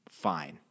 Fine